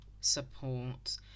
support